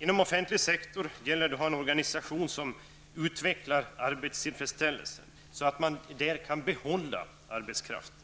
Inom offentlig sektor gäller det att ha en organisation som utvecklar arbetstillfredsställelsen, så att man där kan behålla arbetskraften,